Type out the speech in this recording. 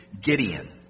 Gideon